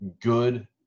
good